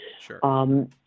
Sure